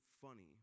funny